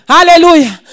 Hallelujah